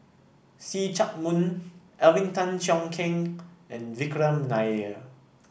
See Chak Mun Alvin Tan Cheong Kheng and Vikram Nair